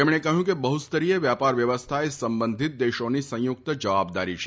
તેમણે કહ્યું કે બહુસ્તરીય વેપાર વ્યવસ્થા એ સંબંધિત દેશોની સંયુક્ત જવાબદારી છે